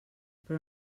però